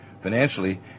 financially